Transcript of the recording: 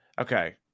okay